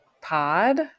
pod